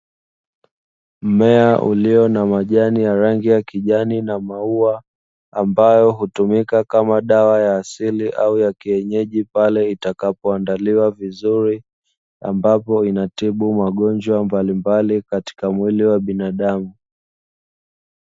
Mmea ulio na majani ya rangi ya kijani na maua ambayo hutumika kama dawa za asili au yakienyeji pale itakapo andaliwa vizuri, ambapo inatibu magonjwa mbalimbali katika mwili wa binadamu.